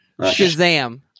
shazam